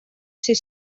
ser